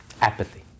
apathy